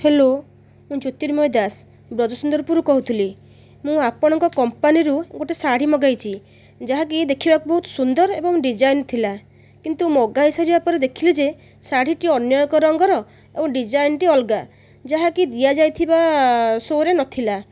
hello ମୁଁ ଜ୍ୟୋତିର୍ମୟୀ ଦାସ ବ୍ରଜସୁନ୍ଦରପୁର କହୁଥିଲି ମୁଁ ଆପଣଙ୍କ କମ୍ପାନୀ ରୁ ଗୋଟିଏ ଶାଢ଼ୀ ମଗାଇଛି ଯାହାକି ଦେଖିବାକୁ ଖୁବ ସୁନ୍ଦର ଏବଂ ଡିଜାଇନ ଥିଲା କିନ୍ତୁ ମଗାଇସାରିବା ପରେ ଦେଖିଲି ଯେ ଶାଢ଼ୀଟି ଅନ୍ୟ ଏକ ରଙ୍ଗର ଏବଂ ଡିଜାଇନଟି ଅଲଗା ଯାହାକି ଦିଆଯାଇଥିବା ଶୋ ରେ ନଥିଲା